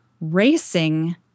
racing